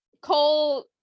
cole